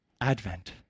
Advent